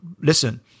Listen